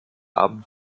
abend